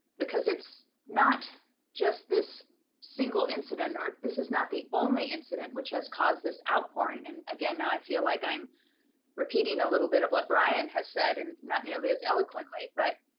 because it's not just this single incident or this is not the only incident which has caused this outpouring and again, now i feel like i'm repeating a little bit of what brian has said and not nearly as eloquently, but